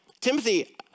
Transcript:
Timothy